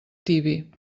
tibi